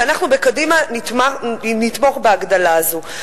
ואנחנו בקדימה נתמוך בהגדלה הזאת.